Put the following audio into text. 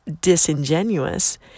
disingenuous